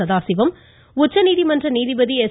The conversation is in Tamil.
சதாசிவம் உச்சநீதிமன்ற நீதிபதி எஸ்